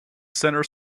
center